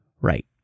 Right